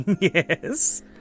Yes